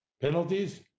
Penalties